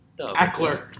Eckler